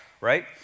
right